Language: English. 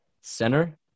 center